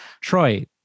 Troy